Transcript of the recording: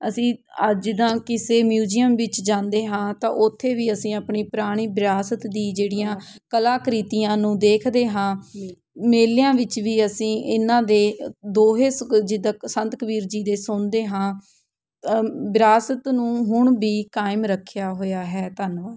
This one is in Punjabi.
ਅਸੀਂ ਆ ਜਿੱਦਾਂ ਕਿਸੇ ਮਿਊਜ਼ੀਅਮ ਵਿੱਚ ਜਾਂਦੇ ਹਾਂ ਤਾਂ ਉੱਥੇ ਵੀ ਅਸੀਂ ਆਪਣੀ ਪੁਰਾਣੀ ਵਿਰਾਸਤ ਦੀ ਜਿਹੜੀਆਂ ਕਲਾਕ੍ਰਿਤੀਆਂ ਨੂੰ ਦੇਖਦੇ ਹਾਂ ਮੇਲਿਆਂ ਵਿੱਚ ਵੀ ਅਸੀਂ ਇਹਨਾਂ ਦੇ ਦੋਹੇ ਸਕ ਜਿੱਦਾਂ ਸੰਤ ਕਬੀਰ ਜੀ ਦੇ ਸੁਣਦੇ ਹਾਂ ਵਿਰਾਸਤ ਨੂੰ ਹੁਣ ਵੀ ਕਾਇਮ ਰੱਖਿਆ ਹੋਇਆ ਹੈ ਧੰਨਵਾਦ